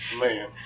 Man